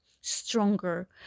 stronger